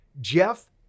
Jeff